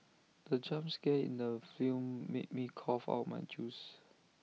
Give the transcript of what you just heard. the jump scare in the film made me cough out my juice